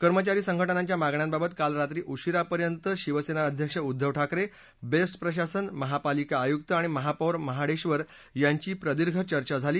कर्मचारी संघटनांच्या मागण्यांबाबत काल रात्री उशिरापर्यंत शिवसेना अध्यक्ष उद्दव ठाकरे बेस्ट प्रशासन महापालिका आयुक्त आणि महापौर महाडेबर यांची प्रदीर्घ चर्चा झाली